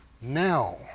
now